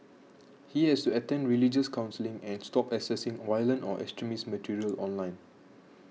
he has to attend religious counselling and stop accessing violent or extremist material online